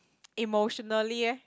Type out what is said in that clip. emotionally leh